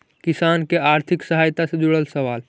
किसान के आर्थिक सहायता से जुड़ल सवाल?